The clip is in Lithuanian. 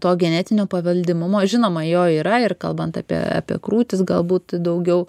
to genetinio paveldimumo žinoma jo yra ir kalbant apie apie krūtis galbūt daugiau